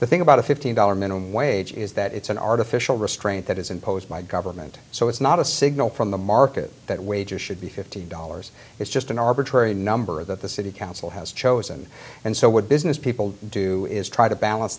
the thing about a fifteen dollar minimum wage is that it's an artificial restraint that is imposed by government so it's not a signal from the market that wages should be fifty dollars it's just an arbitrary number that the city council has chosen and so what business people do is try to balance